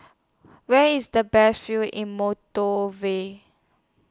Where IS The Best View in Moldova